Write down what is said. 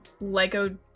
Lego